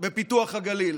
בפיתוח הגליל.